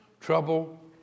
trouble